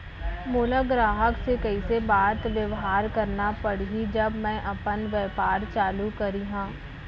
मोला ग्राहक से कइसे बात बेवहार करना पड़ही जब मैं अपन व्यापार चालू करिहा?